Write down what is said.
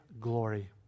glory